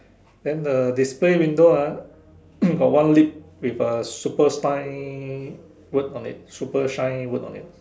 then the display window ah got one lip with a super sign word on it super shine word on it